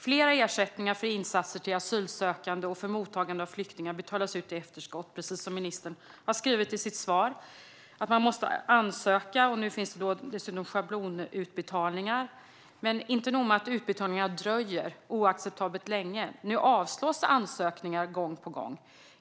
Flera ersättningar för insatser till asylsökande och för mottagande av flyktingar betalas ut i efterskott, precis som ministern säger i sitt svar. Man måste ansöka, och nu finns det dessutom schablonutbetalningar. Men inte nog med att utbetalningarna dröjer oacceptabelt länge, utan nu avslås ansökningar gång på gång.